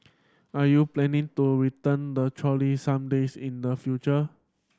are you planning to return the trolley some days in the future